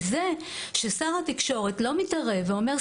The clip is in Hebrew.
מזה ששר התקשורת לא מתערב ואומר,